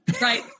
Right